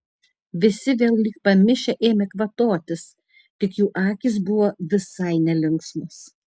visi vėl lyg pamišę ėmė kvatotis tik jų akys buvo visai nelinksmos